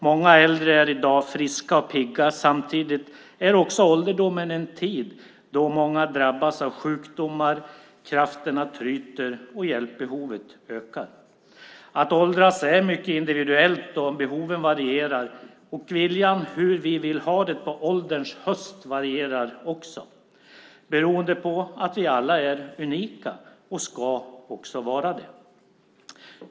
Många äldre är i dag friska och pigga, men samtidigt är också ålderdomen en tid då många drabbas av sjukdomar, krafterna tryter och hjälpbehovet ökar. Att åldras är mycket individuellt, och behoven varierar. Hur vi vill ha det på ålderns höst varierar också beroende på att vi alla är unika, och ska så vara.